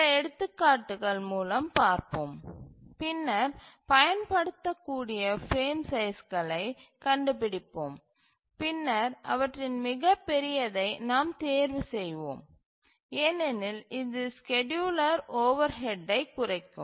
சில எடுத்துக்காட்டுகள் மூலம் பார்ப்போம் பின்னர் பயன்படுத்தக்கூடிய பிரேம் சைஸ்களைக் கண்டுபிடிப்போம் பின்னர் அவற்றில் மிகப் பெரியதை நாம் தேர்வு செய்கிறோம் ஏனெனில் இது ஸ்கேட்யூலர் ஓவர்ஹெட்டை குறைக்கும்